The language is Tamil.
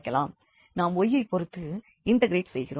நாம் y யைப் பொறுத்து இண்டெக்ரெட் செய்கிறோம்